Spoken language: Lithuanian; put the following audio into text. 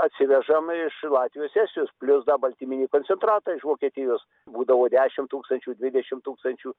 atsivežam iš latvijos estijos plius dar baltyminį koncentratą iš vokietijos būdavo dešimt tūkstančių dvidešimt tūkstančių